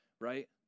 right